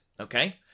Okay